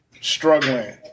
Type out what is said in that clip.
struggling